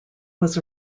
was